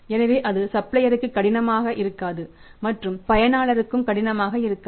எனவே அது சப்ளையருக்கு கடினமாக இருக்காது மற்றும் பயனாளர்க்கும் கடினமாக இருக்காது